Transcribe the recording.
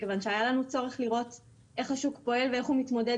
מכיוון שהיה לנו צורך לראות איך השוק פועל ואיך הוא מתמודד